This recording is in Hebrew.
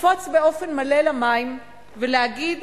לקפוץ באופן מלא למים ולהגיד: